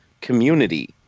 Community